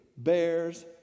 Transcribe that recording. Bears